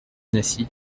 nasie